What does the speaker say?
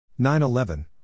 9-11